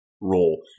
role